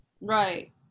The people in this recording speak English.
Right